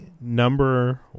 number